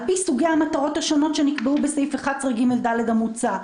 על פי סוגי המטרות השונות שנקבעו בסעיף 11 (ג, ד) המוצע,